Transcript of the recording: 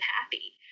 happy